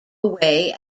away